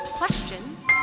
questions